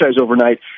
overnight